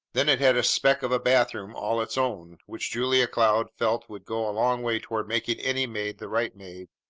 then it had a speck of a bathroom all its own, which julia cloud felt would go a long way toward making any maid the right maid,